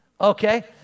Okay